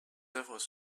œuvres